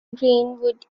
greenwood